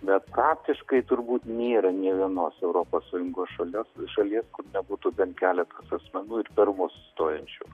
bet praktiškai turbūt nėra nė vienos europos sąjungos šalies šalies kur nebūtų bent keletas asmenų ir per mus stojančių